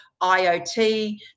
IoT